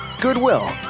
Goodwill